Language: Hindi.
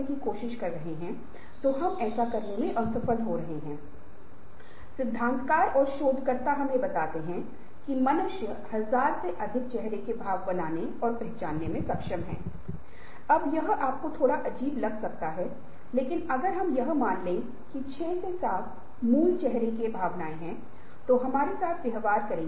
इससे पहले संस्थान के संकाय सदस्यों के साथ प्रशासनिक प्रतिनिधियों के साथ छात्र प्रतिनिधियों के साथ बैठकों की एक श्रृंखला की थी क्योंकि लोगों के बीच एक चिंता थी जो नौकरी वो पहले मैन्युअल रूप से कर रहे थे जो ईआईपी ईआरपी या एंटरप्राइज रिसर्च प्लानिंग ने कार्यान्वित किया था